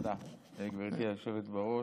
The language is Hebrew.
תודה, גברתי היושבת-ראש.